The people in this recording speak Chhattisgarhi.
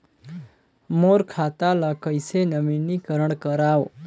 मोर खाता ल कइसे नवीनीकरण कराओ?